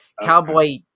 Cowboy